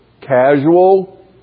Casual